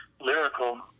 lyrical